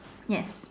yes